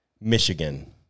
Michigan